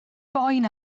boen